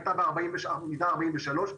הייתה מידה 43,